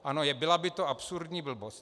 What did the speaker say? Ano, byla by to absurdní blbost.